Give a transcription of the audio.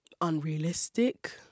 unrealistic